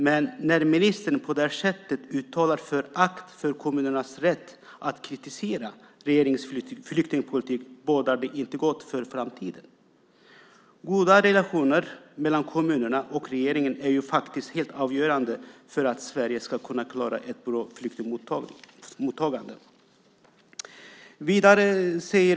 Men när ministern på det här sättet uttalar förakt för kommunernas rätt att kritisera regeringens flyktingpolitik bådar det inte gott för framtiden. Goda relationer mellan kommunerna och regeringen är helt avgörande för att Sverige ska kunna klara ett bra flyktingmottagande.